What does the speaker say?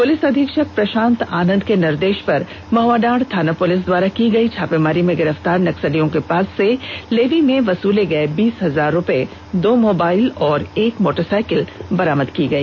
police अधीक्षक प्रशांत आनंद के निर्देश पर महआडांड़ थाना पुलिस द्वारा की गई छापेमारी में गिरफ तार नक्सलियों के पास से लेवी में वसूले गए बीस हजार रूपये दो मोबाइल और एक मोटरसाइकिल बरामद की गई